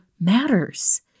matters